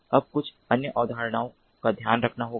अब कुछ अन्य अवधारणाओं का ध्यान रखना होगा